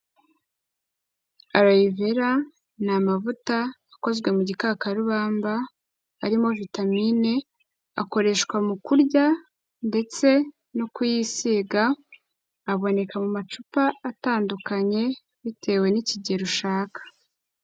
Aloe vera ni amavuta akozwe mu gikakarubamba arimo vitamine, akoreshwa mu kurya ndetse no kuyisiga, aboneka mu macupa atandukanye bitewe n'ikigero ushaka.